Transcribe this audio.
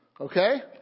Okay